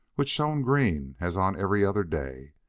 which shone green as on every other day,